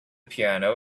piano